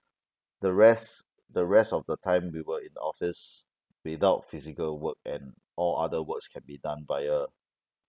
the rest the rest of the time we were in office without physical work and all other works can be done via